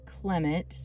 Clement